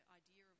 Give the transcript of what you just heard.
idea